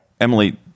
Emily